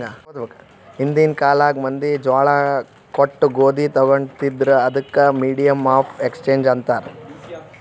ಹಿಂದಿನ್ ಕಾಲ್ನಾಗ್ ಮಂದಿ ಜ್ವಾಳಾ ಕೊಟ್ಟು ಗೋದಿ ತೊಗೋತಿದ್ರು, ಅದಕ್ ಮೀಡಿಯಮ್ ಆಫ್ ಎಕ್ಸ್ಚೇಂಜ್ ಅಂತಾರ್